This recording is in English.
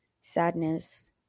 sadness